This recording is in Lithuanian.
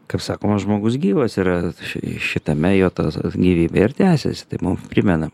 kaip sakoma žmogus gyvas yra ši šitame jo tas gyvybė ir tęsiasi tai mum primena